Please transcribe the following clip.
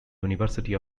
university